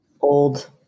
old